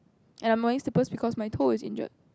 and I'm wearing slippers because my toe is injured